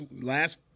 last